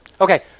Okay